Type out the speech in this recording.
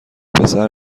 پسر